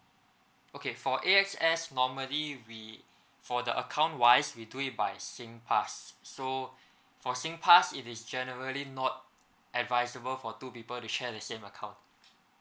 okay for A_X_S normally we for the account wise we do it by singpass so for singpass it is generally not advisable for two people to share the same account